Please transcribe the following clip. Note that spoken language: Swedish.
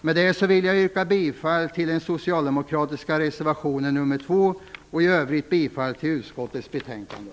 Med detta yrkar jag bifall till reservation nr 2 från Socialdemokraterna samt i övrigt till utskottets hemställan i betänkandet.